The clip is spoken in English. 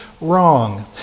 wrong